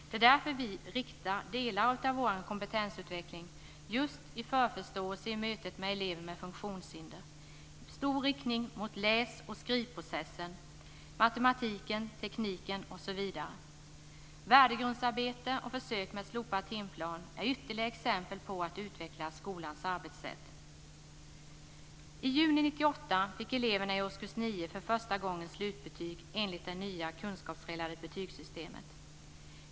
Det är därför vi vill rikta delar av kompetensutvecklingen till dem som möter elever med funktionshinder, med stor inriktning på läs och skrivprocessen, matematiken, tekniken, osv. Värdegrundsarbete och försök med slopad timplan är ytterligare exempel på utveckling av skolans arbetssätt. I juni 1998 fick eleverna i årskurs 9 för första gången slutbetyg enligt det nya kunskapsrelaterade betygssystemet.